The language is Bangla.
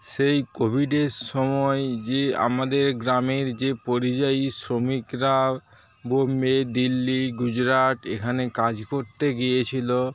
সেই কোভিডের সময় যে আমাদের গ্রামের যে পরিযায়ী শ্রমিকরা বম্বে দিল্লি গুজরাট এখানে কাজ করতে গিয়েছিল